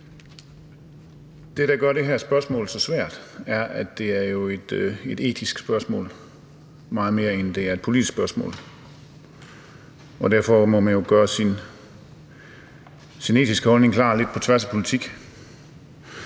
Det, der gør det her spørgsmål så svært, er, at det jo er et etisk spørgsmål, meget mere end det er et politisk spørgsmål. Og derfor må man jo gøre sin etiske holdning klar lidt på tværs af politik.